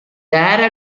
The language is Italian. gara